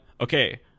okay